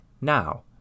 now